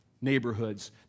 neighborhoods